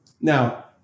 Now